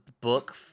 book